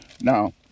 Now